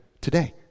today